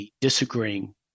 disagreeing